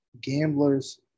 Gamblers